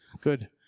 Good